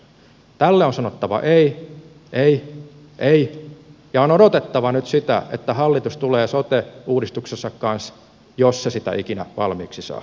tälle on sanottava ei ei ei ja on odotettava nyt sitä että hallitus tulee sote uudistuksensa kanssa jos se sitä ikinä valmiiksi saa